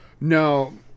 No